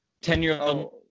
Ten-year-old